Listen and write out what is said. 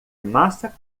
massa